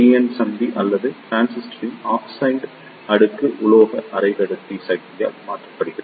என் சந்தி அல்லது டிரான்சிஸ்டரின் ஆக்சைடு அடுக்கு உலோக அரைக்கடத்தி சந்தியால் மாற்றப்படுகிறது